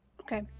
Okay